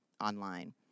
online